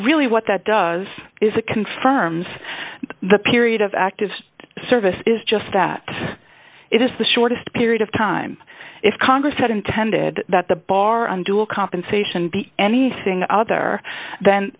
really what that does is it confirms the period of active service is just that it is the shortest period of time if congress had intended that the bar on dual compensation be anything other than